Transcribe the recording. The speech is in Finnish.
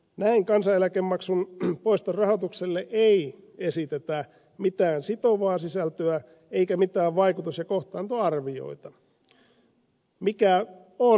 näin kansaneläkemaksun poiston rahoitukselle ei esitetä mitään sitovaa sisältöä eikä mitään vaikutus ja kohtaantoarvioita mikä on ed